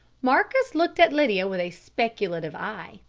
marcus looked at lydia with a speculative eye.